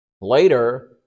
later